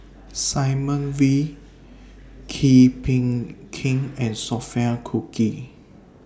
Simon Wee Kee Bee Khim and Sophia Cooke